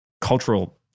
cultural